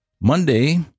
Monday